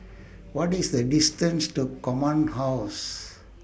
What IS The distance to Command House